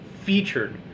featured